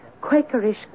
Quakerish